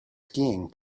skiing